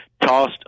tossed